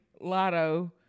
Lotto